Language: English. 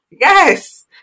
Yes